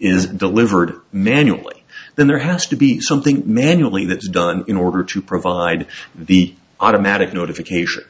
is delivered manually then there has to be something manually that's done in order to provide the automatic notification